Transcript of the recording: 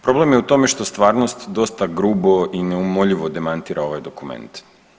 Problem je u tome što stvarnost dosta grubo i neumoljivo demantira ovaj dokument.